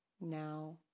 Now